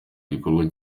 gikorwa